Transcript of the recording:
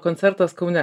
koncertas kaune